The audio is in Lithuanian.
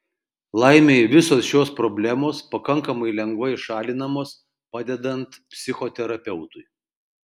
laimei visos šios problemos pakankamai lengvai šalinamos padedant psichoterapeutui